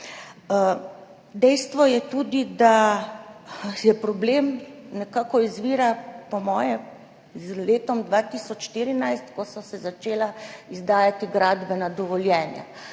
Dejstvo je tudi, da problem nekako izvira, po moje, iz leta 2014, ko so se začela izdajati gradbena dovoljenja,